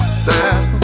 sound